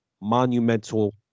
monumental